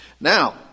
Now